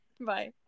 Bye